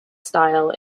style